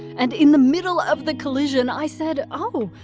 and in the middle of the collision i said, oh,